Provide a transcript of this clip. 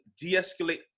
de-escalate